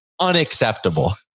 unacceptable